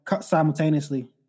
simultaneously